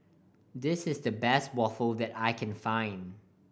this is the best waffle that I can find